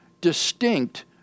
distinct